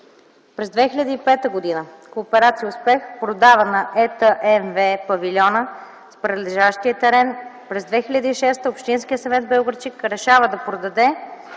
През 2005 г. Кооперация „Успех” продава на ЕТ „МВ” павилиона с прилежащия терен. През 2006 г. Общинският съвет в Белоградчик решава да продаде